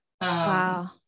Wow